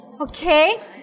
Okay